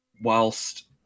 whilst